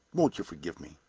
won't you forgive me?